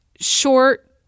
short